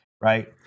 Right